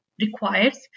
requires